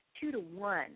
two-to-one